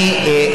אני,